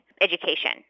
education